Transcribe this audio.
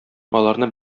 аларны